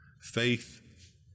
Faith